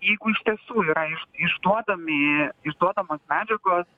jeigu iš tiesų yra iš išduodami išduodamos medžiagos